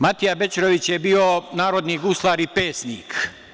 Matija Bećković je bio narodni guslar i pesnik.